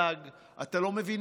אתה לא מבין בהפעלת הכוח.